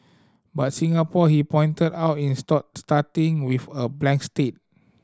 but Singapore he pointed out in starting with a blank state